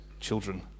children